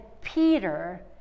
Peter